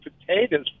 potatoes